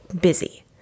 busy